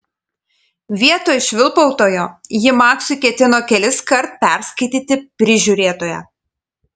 vietoj švilpautojo ji maksui ketino keliskart perskaityti prižiūrėtoją